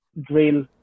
drill